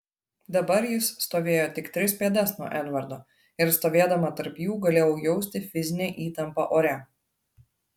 dabar jis stovėjo tik tris pėdas nuo edvardo ir stovėdama tarp jų galėjau jausti fizinę įtampą ore